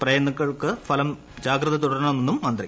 പ്രയത്നിങ്ങൾക്ക് ഫലം ജാഗ്രത തുടരണമെന്നും ് മന്ത്രി